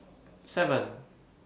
seven